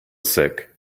sick